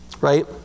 Right